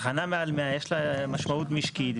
תחנה מעל 100 יש לה משמעות משקית.